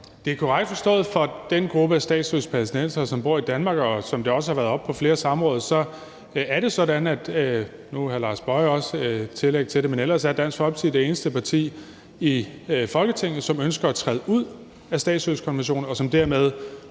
Det er korrekt forstået, for så vidt angår den gruppe af statsløse palæstinensere, som bor i Danmark. Og som det også har været oppe på flere samråd, er det jo sådan, at Dansk Folkeparti – og så gælder det også hr. Lars Boje Mathiesen – er det eneste parti i Folketinget, som ønsker at træde ud af statsløsekonventionen, og som dermed